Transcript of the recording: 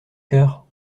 cœur